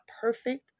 perfect